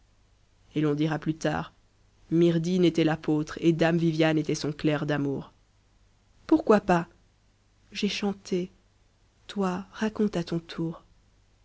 et l'on dira plus tard myrdhinn était l'apôtre et dame viviane était son clerc d'amour viviane pourquoi pas j'ai chanté toi raconte à ton tour